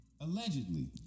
Allegedly